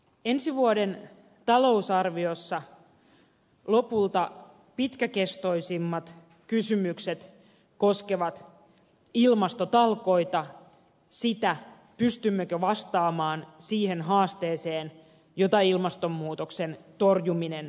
ensi vuoden talousarviossa lopulta pitkäkestoisimmat kysymykset koskevat ilmastotalkoita sitä pystymmekö vastaamaan siihen haasteeseen jota ilmastonmuutoksen torjuminen tarkoittaa